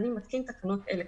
אני מתקין תקנות אלה: